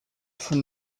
from